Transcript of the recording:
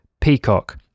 peacock